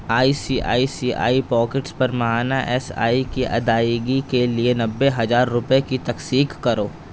I C I C I pockets پر ماہانہ S I کی ادائیگی کے لیے نبے ہزار روپئے کی تکسیکھ کرو